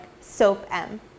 SOAP-M